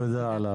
תודה על ההבהרה,